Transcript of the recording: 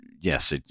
yes